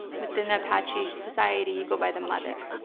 within the apache society, you go by the mother.